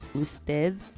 usted